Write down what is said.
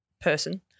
person